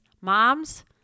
Moms